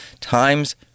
Times